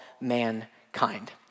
mankind